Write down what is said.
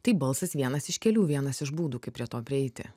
tai balsas vienas iš kelių vienas iš būdų kaip prie to prieiti